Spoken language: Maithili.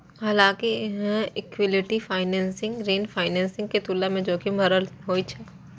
हालांकि इक्विटी फाइनेंसिंग ऋण फाइनेंसिंग के तुलना मे जोखिम भरल होइ छै